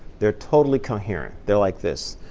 they're totally coherent. they're like this.